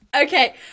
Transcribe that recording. okay